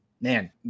man